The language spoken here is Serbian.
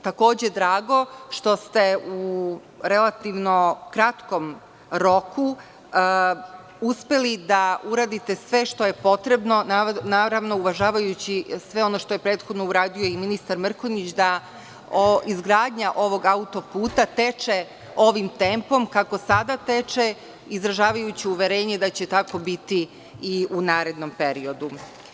Takođe mi je drago što ste u relativno kratkom roku uspeli da uradite sve što je potrebno, naravno uvažavajući sve ono što je prethodno uradio i ministar Mrkonjić, da izgradnja ovog autoputa teče ovim tempom, kako sada teče, izražavajući uverenje da će tako biti i u narednom periodu.